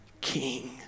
king